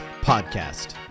Podcast